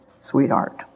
sweetheart